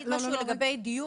לגבי דיור